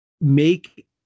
make